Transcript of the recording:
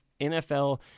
NFL